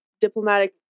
diplomatic